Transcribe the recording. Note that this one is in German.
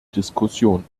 diskussion